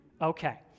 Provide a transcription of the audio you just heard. Okay